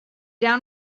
down